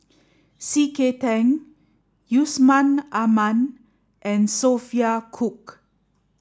C K Tang Yusman Aman and Sophia Cooke